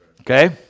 Okay